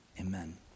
Amen